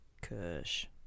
Kush